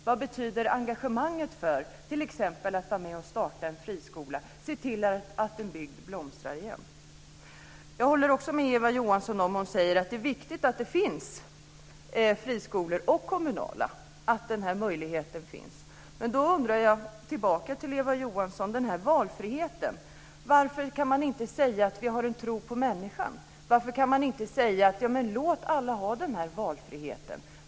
Vad betyder engagemanget för t.ex. att vara med och starta en friskola, se till att en bygd blomstrar igen? Jag håller med Eva Johansson om att det är viktigt att det finns friskolor och kommunala skolor, att den möjligheten finns. Men valfriheten - varför kan man inte säga att vi har en tro på människan? Varför kan man inte säga att låt alla ha den här valfriheten?